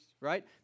right